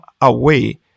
away